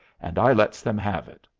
and i lets them have it.